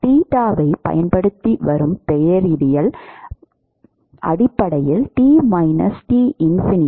நான் தீட்டாவைப் பயன்படுத்தி வரும் பெயரிடல் அடிப்படையில் T T ∞ T T முடிவிலி